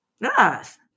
Yes